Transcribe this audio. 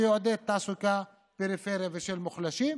וזה יעודד תעסוקה של הפריפריה ושל מוחלשים.